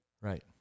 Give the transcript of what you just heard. right